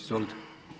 Izvolite.